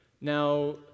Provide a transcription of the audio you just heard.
Now